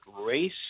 race